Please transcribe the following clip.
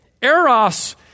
eros